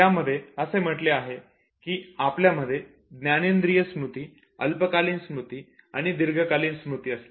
त्यामध्ये असे म्हटले आहे की आपल्यामध्ये ज्ञानेन्द्रिय स्मृती अल्पकालीन स्मृती आणि दीर्घकालीन स्मृती असते